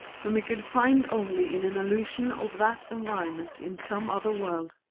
whom he could find only in an illusion of that environment in some other world.